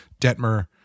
Detmer